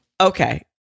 Okay